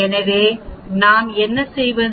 எனவே நாம் என்ன செய்வது